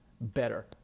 better